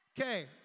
Okay